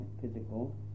physical